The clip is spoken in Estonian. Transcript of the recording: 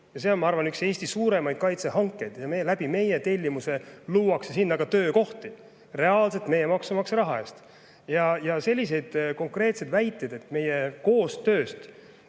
arvan, üks Eesti suurimaid kaitsehankeid. Ja meie tellimuse abil luuakse sinna ka töökohti, reaalselt meie maksumaksja raha eest. Sellised konkreetsed väited, et meie koostööst